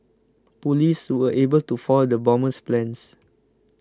police were able to foil the bomber's plans